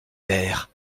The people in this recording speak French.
verres